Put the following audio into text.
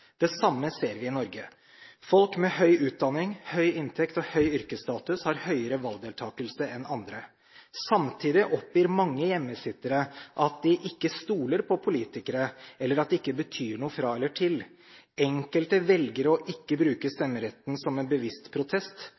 Det samme ser vi i Norge. Blant folk med høy utdanning, høy inntekt og høy yrkesstatus er det høyere valgdeltakelse enn blant andre. Samtidig oppgir mange hjemmesittere at de ikke stoler på politikere, eller at det ikke betyr noe fra eller til. Enkelte velger å ikke bruke stemmeretten som en bevisst protest,